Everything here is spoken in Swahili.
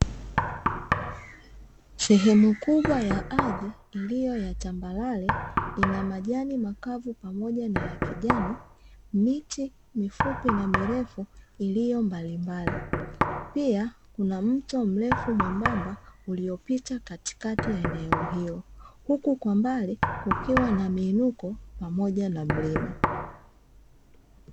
Sehemu kubwa ya ardhi iliyotambarare ina majani makavu pamoja na ya kijani, miti mifupi na mirefu iliyo mbali mbali, pia kuna mto mrefu mwembamba uliopita katikati ya eneo hilo, huku kwa mbali kukiwa na miinuko pamoja na mlima.